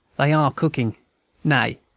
they are cooking nay,